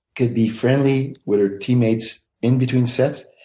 could be friendly with her teammates in between sets.